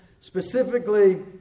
Specifically